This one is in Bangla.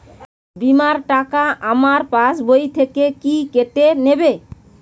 বিমার টাকা আমার পাশ বই থেকে কি কেটে নেবে?